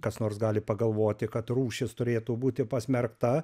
kas nors gali pagalvoti kad rūšis turėtų būti pasmerkta